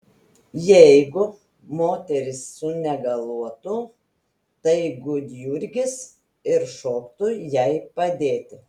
jeigu moteris sunegaluotų tai gudjurgis ir šoktų jai padėti